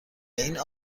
این